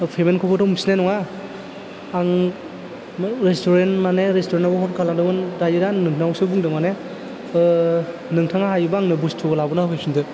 पेमेन्टखौबोथ' मोनफिननाय नङा आं रेस्टुरेन्ट मानि रेस्टुरेन्टआवबो कल खालामदोंमोन दायो दा नोंनावसो बुंदों मानि नोंथाङा हायोबा आंनो बुस्थुखौ लाबोना होफैफिन्दो